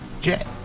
Jet